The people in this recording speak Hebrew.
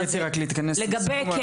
קטי, רק להתכנס לסיכום.